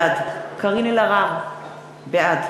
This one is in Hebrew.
בעד